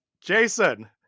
Jason